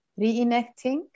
Reenacting